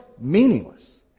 meaningless